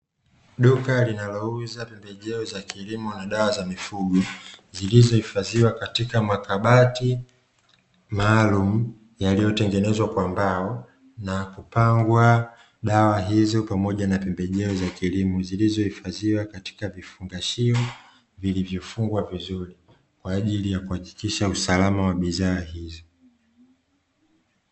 Duka linalouuza pembejeo za kilimo na dawa za mifugo, zilizohifadhiwa katika makabati maalumu yaliyotengenezwa kwa mbao, na kupangwa dawa hizo pamoja na pembejeo za kilimo, zilizohifadhiwa katika vifungashio vilivyofungwa vizuri kwa ajili ya kuhakikisha usalama wa bidhaa hizo.